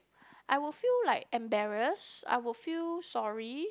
I would feel like embarrassed I would feel sorry